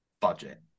budget